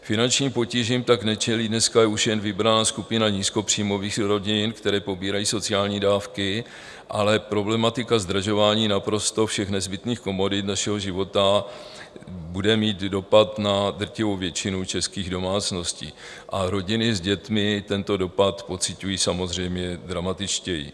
Finančním potížím tak nečelí dneska už jen vybraná skupina nízkopříjmových rodin, které pobírají sociální dávky, ale problematika zdražování naprosto všech nezbytných komodit našeho života bude mít dopad na drtivou většinu českých domácností, a rodiny s dětmi tento dopad pociťují samozřejmě dramatičtěji.